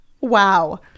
Wow